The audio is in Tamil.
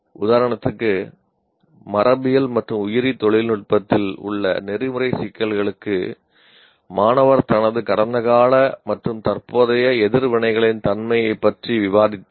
உதாரணத்திற்கு மரபியல் மற்றும் உயிரி தொழில்நுட்பத்தில் உள்ள நெறிமுறை சிக்கல்களுக்கு மாணவர் தனது கடந்த கால மற்றும் தற்போதைய எதிர்வினைகளின் தன்மையைப் பற்றி விவாதித்தால்